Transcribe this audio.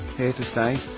here to stay.